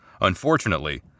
Unfortunately